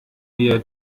wir